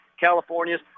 California's